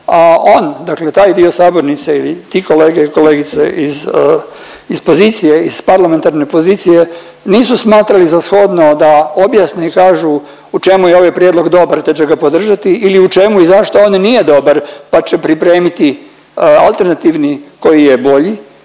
A on, dakle taj dio sabornice i ti kolege i kolegice iz pozicije iz parlamentarne pozicije nisu smatrali za shodno da objasne i kažu u čemu je ovaj prijedlog te će ga podržati ili u čemu i zašto on nije dobar pa će pripremiti alternativni koji je bolji